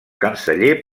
canceller